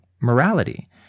morality